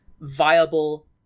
viable